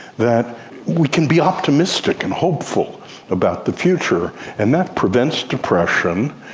that we can be optimistic and hopeful about the future, and that prevents depression,